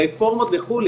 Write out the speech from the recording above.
רפורמות וכו',